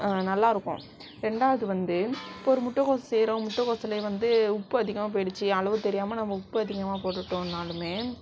நல்லாயிருக்கும் ரெண்டாவது வந்து ஒரு முட்டகோஸ் செய்யுறோம் முட்டகோஸ்ல வந்து உப்பு அதிகமாக போய்டுச்சி அளவு தெரியாமல் நம்ம உப்பு அதிகமாக போட்டுட்டோம்னாலுமே